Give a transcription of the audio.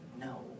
no